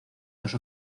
dos